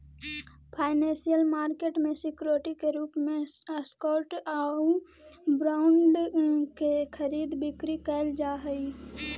financial market में security के रूप में स्टॉक आउ बॉन्ड के खरीद बिक्री कैल जा हइ